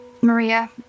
Maria